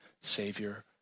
Savior